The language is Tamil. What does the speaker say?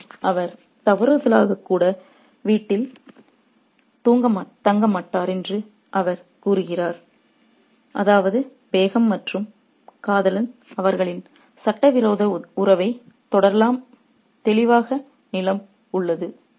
மேலும் அவர் தவறுதலாக கூட வீட்டில் தங்கமாட்டார் என்று அவர் கூறுகிறார் அதாவது பேகம் மற்றும் காதலன் அவர்களின் சட்டவிரோத உறவைத் தொடர நிலம் தெளிவாக உள்ளது